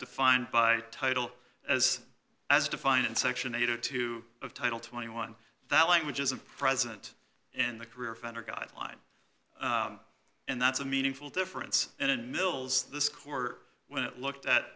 defined by title as as defined in section eight or two of title twenty one that language is a president and the career offender guideline and that's a meaningful difference in mills the score when it looked at